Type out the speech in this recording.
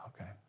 Okay